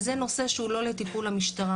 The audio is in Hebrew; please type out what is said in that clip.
וזה נושא שהוא לא לטיפול למשטרה.